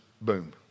Boom